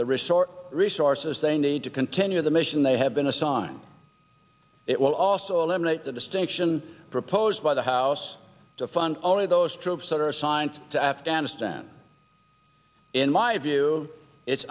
the restore resources they need to continue the mission they have been assigned it will also eliminate the distinction proposed by the house to fund all of those troops that are assigned to afghanistan in my view it